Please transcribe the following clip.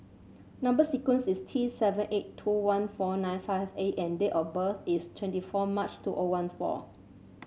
number sequence is T seven eight two one four nine five A and date of birth is twenty four March two O one four